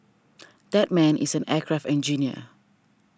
that man is an aircraft engineer